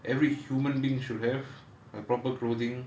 every human being should have uh proper clothing